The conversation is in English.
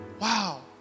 Wow